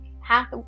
half-